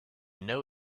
know